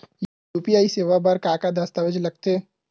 UPI सेवा बर का का दस्तावेज लगथे?